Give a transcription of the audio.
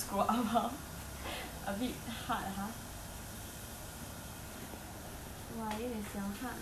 eh it's like your laptop cannot even scroll up now a bit hard !huh!